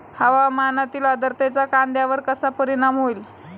हवामानातील आर्द्रतेचा कांद्यावर कसा परिणाम होईल?